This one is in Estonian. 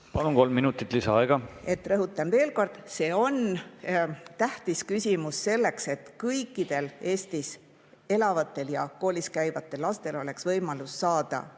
Palun, kolm minutit lisaaega! Rõhutan veel kord: see on tähtis küsimus, selleks et kõikidel Eestis elavatel ja koolis käivatel lastel oleks võimalus saada